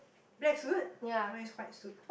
black suit mine's white suit